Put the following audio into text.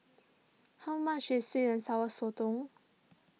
how much is Sweet and Sour Sotong